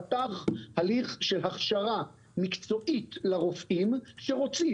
פתח הליך של הכשרה מקצועית לרופאים שרוצים.